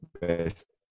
best